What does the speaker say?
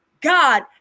God